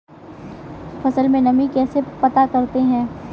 फसल में नमी कैसे पता करते हैं?